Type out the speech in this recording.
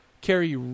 Carrie